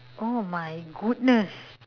oh my goodness